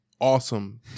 awesome